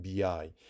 BI